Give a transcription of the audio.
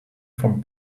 from